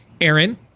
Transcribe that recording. Aaron